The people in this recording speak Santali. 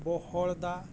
ᱵᱚᱦᱚᱲᱫᱟ